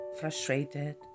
frustrated